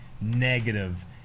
negative